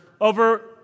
over